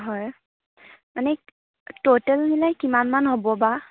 হয় মানে ট'টেল মানে কিমানমান হ'ব বা